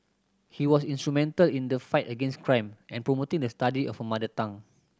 he was instrumental in the fight against crime and promoting the study of a mother tongue